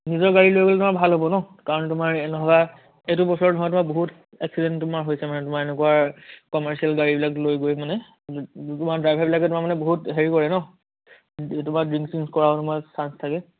নিজৰ গাড়ী লৈ গ'লে তোমাৰ ভাল হ'ব ন কাৰণ তোমাৰ নহয়বা এইটো বছৰত নহয় তোমাৰ বহুত এক্সিডেণ্ট তোমাৰ হৈছে মানে তোমাৰ এনেকুৱা কমাৰ্চিয়েল গাড়ীবিলাক লৈ গৈ মানে তোমাৰ ড্ৰাইভাৰবিলাকে তোমাৰ মানে বহুত হেৰি কৰে ন তোমাৰ ড্ৰিংকছ শ্ৰিংকছ কৰা অলপমান চান্স থাকে